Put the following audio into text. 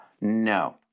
No